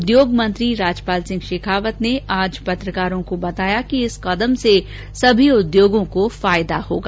उद्योग मंत्री राजपाल सिंह शेखावत ने आज पत्रकारों को बताया कि इस कदम से सभी उद्योगों को फायदा होगा